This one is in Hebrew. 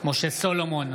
משה סולומון,